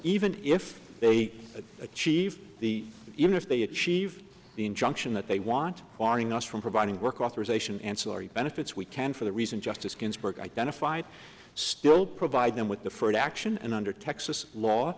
even if they achieve the even if they achieve the injunction that they want firing us from providing work authorization ancillary benefits we can for the reason justice ginsburg identified still provide them with the first action and under texas law